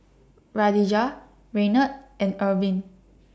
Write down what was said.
Kadijah Renard and Ervin